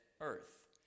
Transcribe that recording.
earth